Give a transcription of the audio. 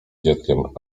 dzieckiem